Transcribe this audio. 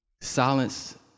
silence